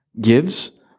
gives